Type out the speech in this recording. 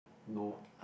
no